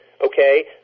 okay